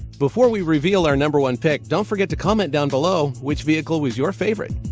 before we reveal our number one pick don't forget to comment down below which vehicle was your favorite!